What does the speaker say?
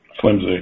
Flimsy